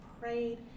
prayed